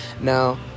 Now